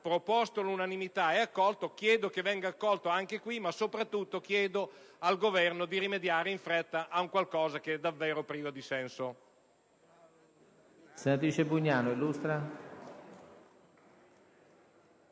proposto all'unanimità ed accolto; chiedo pertanto che tale proposta venga accolto anche qui, ma soprattutto chiedo al Governo di rimediare in fretta a qualcosa che è davvero privo di senso.